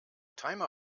timer